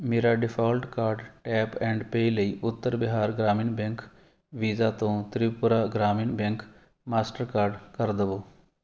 ਮੇਰਾ default card tap and pay ਲਈ Uttar Bihar Gramin bank Visa ਤੋਂ Tripura Gramin bank mastercard ਕਰ ਦੇਵੋ